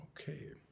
Okay